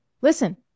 listen